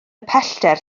pellter